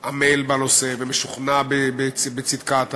עמל בנושא ומשוכנע בצדקת העניין,